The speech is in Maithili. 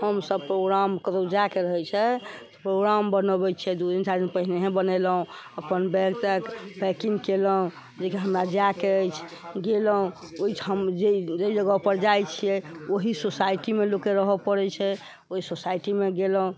हमसब प्रोग्राम कतौ जाय के रहै छै प्रोग्राम बनऽबै छियै दू तीन चारि दिन पहिनेहे बनेलहुॅं अपन बैग तैग पैकिंग केलहुॅं जेकि हमरा जाय के अछि गेलहुॅं ओहिठाम जे जगह पर जाइ छियै ओहि सोसाइटी मे लोक के रहऽ परै छै ओहि सोसाइटी मे गेलहुॅं